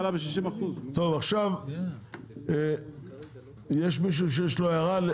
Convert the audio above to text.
יש מישהו שיש לו הערה?